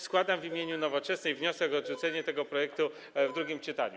Składam w imieniu Nowoczesnej wniosek o odrzucenie tego projektu w drugim czytaniu.